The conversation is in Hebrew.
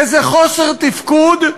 איזה חוסר תפקוד,